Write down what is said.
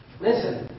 listen